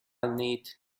need